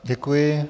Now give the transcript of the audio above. Děkuji.